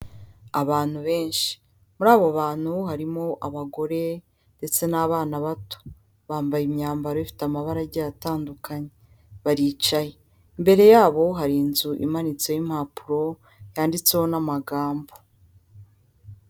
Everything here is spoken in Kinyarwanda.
Abantu benshi, muri abo bantu harimo abagore ndetse n'abana bato, bambaye imyambaro ifite amabara agiye atandukanye baricaye, imbere yabo hari inzu imanitseho impapuro yanditseho n'amagambo.